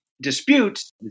disputes